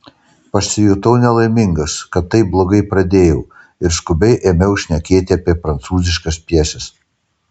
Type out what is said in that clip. pasijutau nelaimingas kad taip blogai pradėjau ir skubiai ėmiau šnekėti apie prancūziškas pjeses